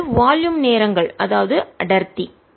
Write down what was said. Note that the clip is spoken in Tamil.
என்பது வால்யும் நேரங்கள் ρ0r அது அடர்த்தி